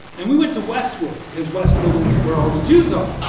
and we went to westwood, because westwood is where all the jews are.